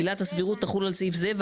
עילת הסבירות תחול על סעיף זה,